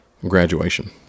graduation